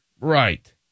Right